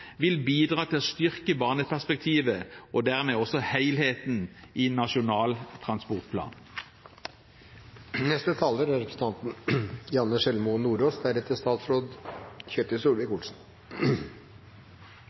vil bidra til å styrke barneperspektivet, og dermed også helheten i Nasjonal transportplan. Senterpartiet er